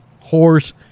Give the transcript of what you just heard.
Horse